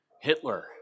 Hitler